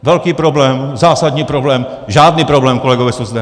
Velký problém, zásadní problém, žádný problém, kolegové socdem.